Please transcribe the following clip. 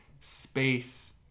space